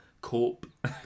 corp